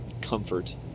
Comfort